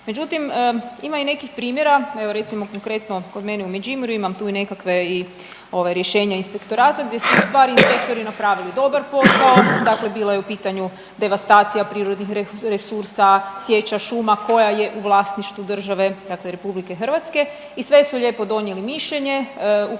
Međutim, ima i nekih primjera, evo, recimo, konkretno, kod mene u Međimurju, imam tu i nekakve i ovaj, rješenje Inspektorata gdje se ustvari inspektori napravili dobar posao, dakle bilo je u pitanju devastacija prirodnih resursa, sječa šuma koja je u vlasništvu države, dakle RH i sve su lijepo donijeli mišljenje, uputili to na